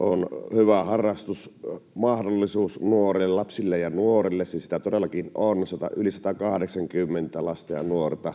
on hyvä harrastusmahdollisuus lapsille ja nuorille. Sitä se todellakin on. Yli 180 000 lasta ja nuorta